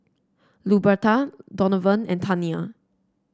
Luberta Donavan and Tania